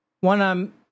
one